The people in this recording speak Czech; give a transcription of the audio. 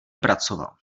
pracoval